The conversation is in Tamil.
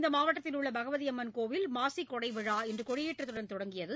இந்த மாவட்டத்தில் உள்ள பகவதி அம்மன் கோயில் மாசி கொடைவிழா இன்று கொடியேற்றத்துடன் தொடங்கியது